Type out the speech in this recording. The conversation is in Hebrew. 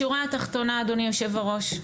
השורה התחתונה אדוני יושב הראש,